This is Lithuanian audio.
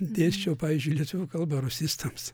dėsčiau pavyzdžiui lietuvių kalba rusistams